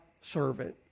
servant